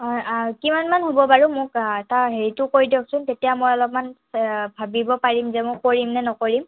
অ' কিমানমান হ'ব বাৰু মোক তাৰ হেৰিটো কৈ দিয়কচোন তেতিয়া মই অলপমান ভাবিব পাৰিম যে মই কৰিম নে নকৰিম